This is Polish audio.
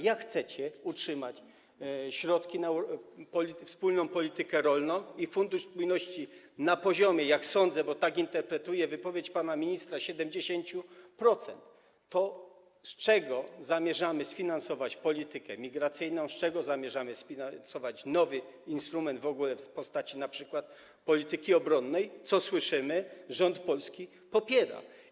Jak chcecie utrzymać środki na wspólną politykę rolną i Fundusz Spójności na poziomie, jak sądzę, bo tak interpretuję wypowiedź pana ministra, 70%, to z czego zamierzamy sfinansować politykę migracyjną, z czego zamierzamy sfinansować nowy instrument w postaci polityki obronnej, co, jak słyszymy, polski rząd popiera?